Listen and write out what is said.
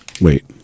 wait